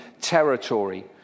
territory